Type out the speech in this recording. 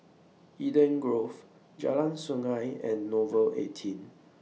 Eden Grove Jalan Sungei and Nouvel eighteen